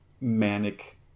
manic